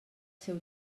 seu